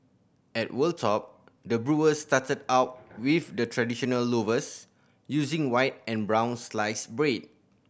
at Wold Top the brewers started out with the traditional loaves using white and brown sliced bread